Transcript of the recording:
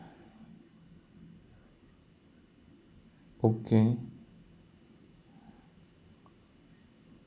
okay